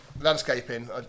landscaping